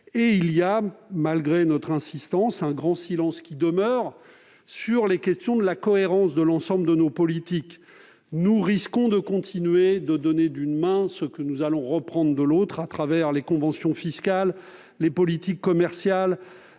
flou : malgré notre insistance, un grand silence demeure sur la cohérence d'ensemble de nos politiques. Nous risquons donc de continuer à donner d'une main ce que nous reprenons de l'autre à travers les conventions fiscales, les politiques commerciales